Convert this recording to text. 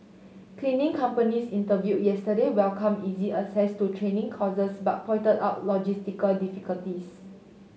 cleaning companies interviewed yesterday welcomed easy access to training courses but pointed out logistical difficulties